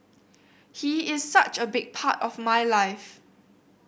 he is such a big part of my life